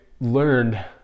learned